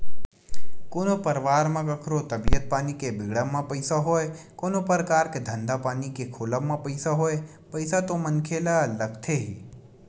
कोनो परवार म कखरो तबीयत पानी के बिगड़े म पइसा होय कोनो परकार के धंधा पानी के खोलब म पइसा होय पइसा तो मनखे ल लगथे ही